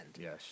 Yes